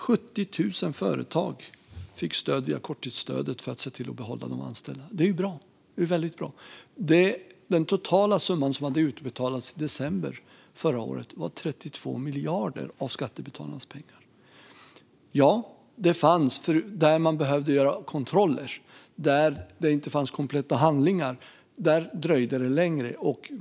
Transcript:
70 000 företag fick stöd via korttidsstödet för att se till att behålla de anställda. Det är väldigt bra. Den totala summa som hade utbetalats i december förra året var 32 miljarder av skattebetalarnas pengar. Det fanns fall där man behövde göra kontroller och där det inte fanns kompletta handlingar - där dröjde det längre.